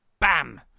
BAM